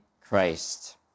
Christ